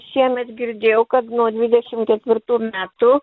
šiemet girdėjau kad nuo dvidešim ketvirtų metų